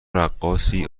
رقاصی